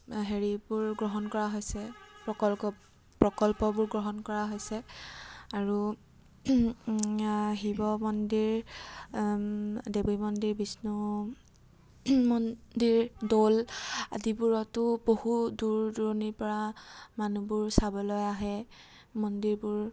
হেৰিবোৰ গ্ৰহণ কৰা হৈছে প্ৰকল্প প্ৰকল্পবোৰ গ্ৰহণ কৰা হৈছে আৰু শিৱ মন্দিৰ দেৱী মন্দিৰ বিষ্ণু মন্দিৰ দৌল আদিবোৰতো বহু দূৰ দূৰণিৰপৰা মনুহবোৰ চাবলৈ আহে মন্দিৰবোৰ